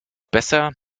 besser